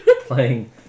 playing